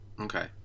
Okay